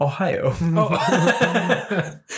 Ohio